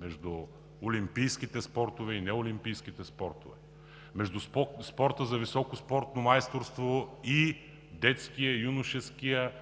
между олимпийските и неолимпийските спортове, между спорта за високо спортно майсторство и детския, юношеския